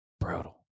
Brutal